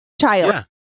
child